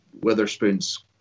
Witherspoon's